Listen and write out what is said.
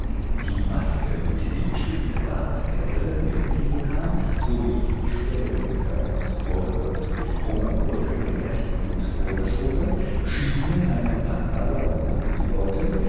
die maske mit dem spitzen bart der brille dem ziegenhaar sowie die stellung des körpers vorgebeugt mit krummem rücken den rechten fuß vorgeschoben schienen einen pantalon anzudeuten